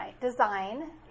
design